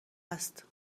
است